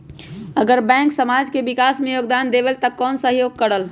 अगर बैंक समाज के विकास मे योगदान देबले त कबन सहयोग करल?